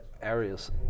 areas